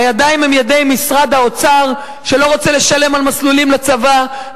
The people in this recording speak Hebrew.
הידיים הן ידי משרד האוצר שלא רוצה לשלם על מסלולים לצבא,